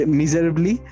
miserably